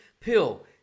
pill